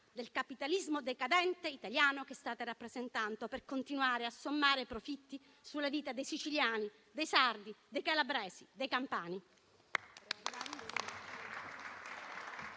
del capitalismo decadente italiano che state rappresentando per continuare a sommare profitti sulla vita dei siciliani, dei sardi, dei calabresi, dei campani.